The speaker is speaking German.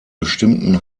bestimmten